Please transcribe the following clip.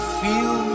feel